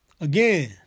Again